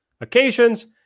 occasions